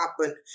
happen